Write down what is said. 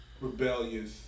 rebellious